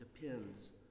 depends